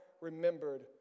remembered